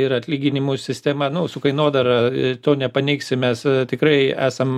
ir atlyginimų sistema nu su kainodara ir to nepaneigsi mes tikrai esam